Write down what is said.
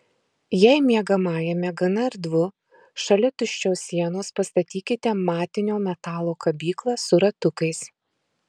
jei miegamajame gana erdvu šalia tuščios sienos pastatykite matinio metalo kabyklą su ratukais